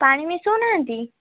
ପାଣି ମିଶଉନାହାନ୍ତି